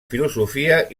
filosofia